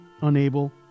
unable